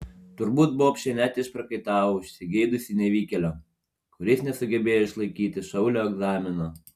turbūt bobšė net išprakaitavo užsigeidusi nevykėlio kuris nesugebėjo išlaikyti šaulio egzamino